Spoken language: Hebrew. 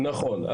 נכון.